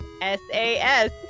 S-A-S